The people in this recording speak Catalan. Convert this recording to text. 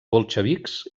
bolxevics